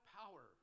power